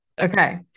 Okay